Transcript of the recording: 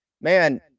man